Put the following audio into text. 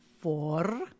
four